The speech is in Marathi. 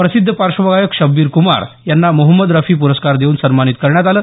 प्रसिद्ध पार्श्वगायक शब्बीर कुमार यांना मोहम्मद रफी पुरस्कार देऊन सन्मानित करण्यात आलं